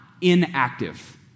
inactive